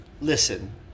listen